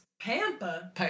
Pampa